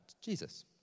Jesus